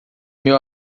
meu